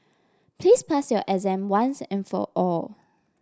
please pass your exam once and for all